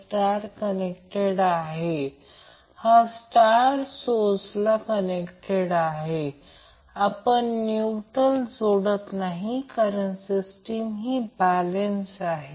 आणि हे त्याच प्रकारे AN BN CN हे Y कनेक्टेड लोडचा फेज इम्पेडन्स आहे